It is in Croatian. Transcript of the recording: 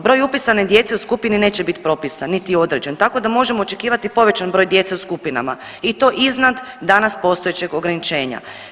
Broj upisane djece u skupini neće bit propisan niti određen tako da možemo očekivati povećan broj djece u skupinama i to iznad danas postojećeg ograničenja.